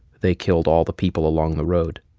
they killed all the people along the road.